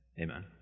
Amen